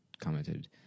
commented